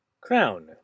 Crown